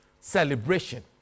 celebration